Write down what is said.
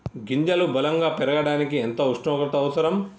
గింజలు బలం గా పెరగడానికి ఎంత ఉష్ణోగ్రత అవసరం?